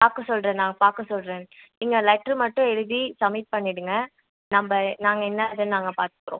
பார்க்க சொல்கிறேன் நான் பார்க்க சொல்கிறேன் நீங்கள் லெட்ரு மட்டும் எழுதி சம்மிட் பண்ணிவிடுங்க நம்ப நாங்கள் என்ன ஏதுனு நாங்கள் பார்த்துக்குறோம்